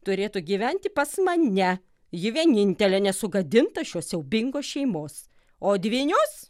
turėtų gyventi pas mane ji vienintelė nesugadinta šios siaubingos šeimos o dvynius